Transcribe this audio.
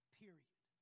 period